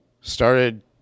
started